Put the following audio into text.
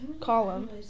column